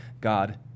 God